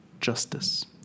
justice